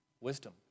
Wisdom